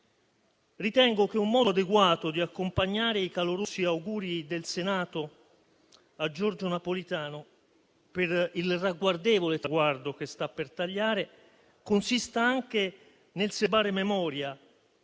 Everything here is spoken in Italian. Ritengo che un modo adeguato di accompagnare i calorosi auguri del Senato a Giorgio Napolitano, per il ragguardevole traguardo che sta per tagliare, consista anche nel serbare memoria